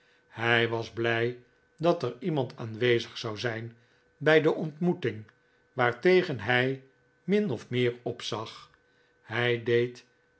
hij was blij dat er iemand aanwezig zou zijn bij de ontmoeting waartegen hij min of meer opzag hij deed